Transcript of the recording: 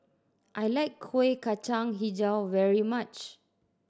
I like Kuih Kacang Hijau very much